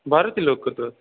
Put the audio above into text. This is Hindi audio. बारह किलो का सर